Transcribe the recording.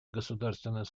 государственной